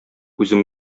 үзем